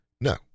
No